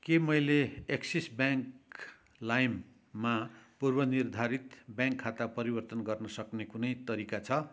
के मैले Axis bank लाइममा पूर्वनिर्धारित ब्याङ्क खाता परिवर्तन गर्न सक्ने कुनै तरिका छ